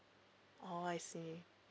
oh I see